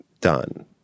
done